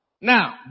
Now